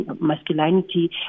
masculinity